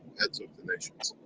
heads of the nations.